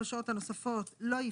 יחושב לגבי השעות הנוספות שבוצעו